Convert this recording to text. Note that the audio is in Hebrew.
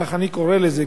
כך אני קורא לזה,